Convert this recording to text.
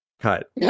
cut